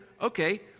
okay